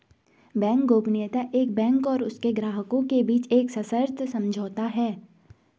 bank गोपनीयता एक bank और उसके ग्राहकों के बीच एक सशर्त समझौता है